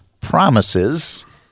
promises